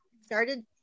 started